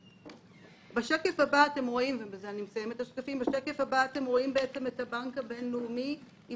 בשקף הבא אתם רואים את הבנק הבינלאומי עם